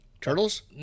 Turtles